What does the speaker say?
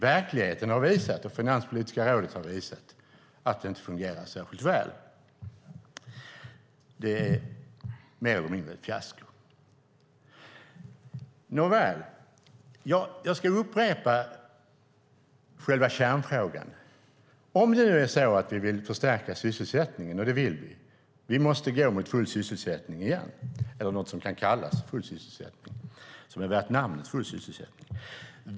Verkligheten och Finanspolitiska rådet har visat att det inte fungerar särskilt väl. Det är mer eller mindre ett fiasko. Jag ska upprepa själva kärnfrågan om det nu är så att vi vill förstärka sysselsättningen, och det vill vi. Vi måste gå mot full sysselsättning igen, eller någonting som kan kallas full sysselsättning och är värt namnet full sysselsättning.